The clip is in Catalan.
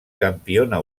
campiona